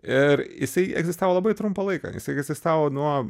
ir jisai egzistavo labai trumpą laiką jis egzistavo nuo